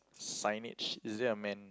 signage is it a man